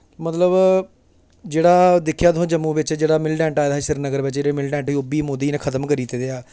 मतलब जेह्ड़ा दिक्खेआ तुसें जम्मू बिच जेह्ड़ा मिलिटेंट आये दे हे श्रीनगर बिच जेह्ड़े मिलिटेंट हे ओह् बी मोदी जी ने खत्म करी दित्ते ऐ